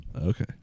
Okay